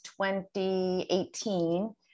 2018